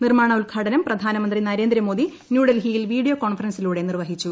നിർമാണ ഉദ്ഘാടനം പ്രധാനമന്ത്രി നരേന്ദ്രമോദി ന്യൂഡൽഹിയിൽ വീഡിയോ കോൺഫറൻസിലൂടെ നിർവഹിച്ചു